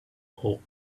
hole